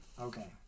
Okay